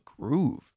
groove